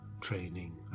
training